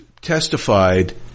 testified